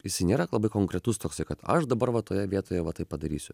jis nėra labai konkretus toks kad aš dabar va toje vietoje va taip padarysiu